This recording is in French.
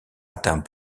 atteint